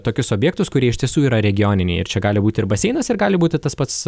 tokius objektus kurie iš tiesų yra regioniniai ir čia gali būti ir baseinas ir gali būti tas pats